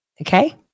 okay